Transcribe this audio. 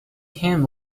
him